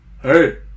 Hey